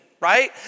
right